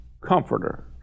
comforter